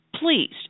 please